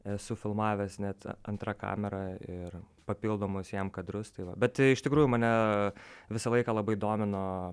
esu filmavęs net antra kamera ir papildomus jam kadrus tai va bet iš tikrųjų mane visą laiką labai domino